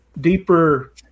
deeper